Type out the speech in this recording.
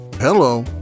Hello